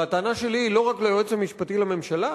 והטענה שלי היא לא רק ליועץ המשפטי לממשלה,